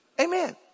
Amen